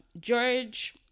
George